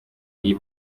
iyi